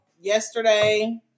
Yesterday